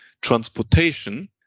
transportation